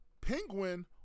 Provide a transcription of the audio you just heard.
Penguin